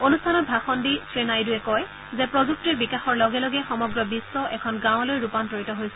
অনুষ্ঠানত ভাষণ দি শ্ৰী নাইডুৱে কয় যে প্ৰযুক্তিৰ বিকাশৰ লগে লগে সমগ্ৰ বিশ্ব এখন সৰু গাঁৱলৈ ৰূপান্তৰিত হৈছে